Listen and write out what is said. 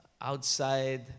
outside